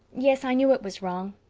yes, i knew it was wrong,